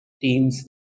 teams